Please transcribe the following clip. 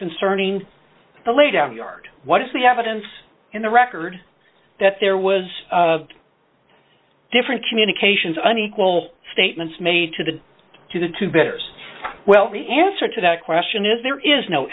concerning the lay down yard what is the evidence in the record that there was different communications unequal statements made to the to the two bears well the answer to that question is there is no